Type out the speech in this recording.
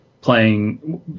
playing